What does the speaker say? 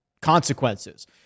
consequences